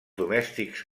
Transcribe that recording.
domèstics